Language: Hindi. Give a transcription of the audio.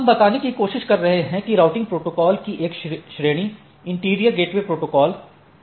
हम बताने की कोशिश कर रहे हैं कि राउटिंग प्रोटोकॉल की एक श्रेणी इंटीरियर गेटवे प्रोटोकॉल है